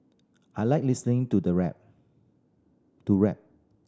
I like listening to the rap to rap